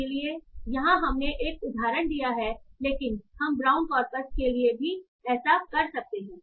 इसलिए यहां हमने एक उदाहरण दिया है लेकिन हम ब्राउन कॉरपस के लिए भी ऐसा कर सकते हैं